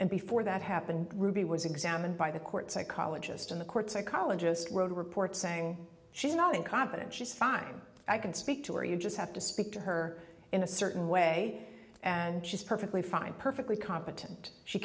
and before that happened ruby was examined by the court psychologist in the court psychologist world report saying she's not incompetent she's fine i can speak to her you just have to speak to her in a certain way and she's perfectly fine perfectly competent she